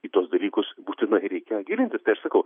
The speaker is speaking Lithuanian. į tuos dalykus būtinai reikia gilintis sakau